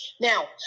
Now